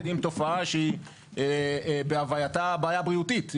עם תופעה שהיא בהווייתה בעיה בריאותית לציבור,